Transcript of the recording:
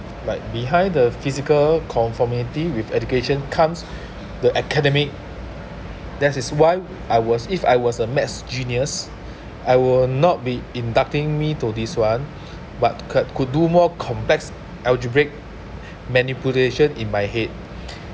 like behind the physical conformity with education comes the academic thats is why I was if I was a math genius I will not be inducting me to this one but cud~ could do more complex algebraic manipulation in my head